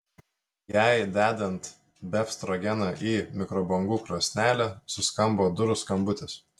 jai dedant befstrogeną į mikrobangų krosnelę suskambo durų skambutis